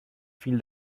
fill